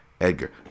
Edgar